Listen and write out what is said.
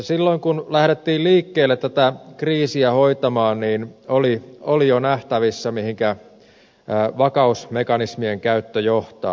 silloin kun lähdettiin liikkeelle tätä kriisiä hoitamaan oli jo nähtävissä mihinkä vakausmekanismien käyttö johtaa